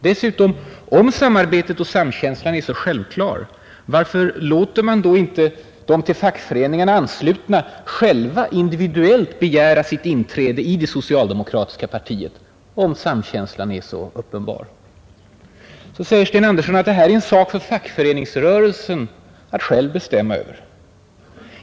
Dessutom: Om samarbetet och samkänslan är så självklara — varför låter man då inte de till fackföreningarna anslutna själva individuellt begära sitt inträde i det socialdemokratiska partiet? Så säger Sten Andersson att det här är en sak för fackföreningsrörelsen att själv bestämma över.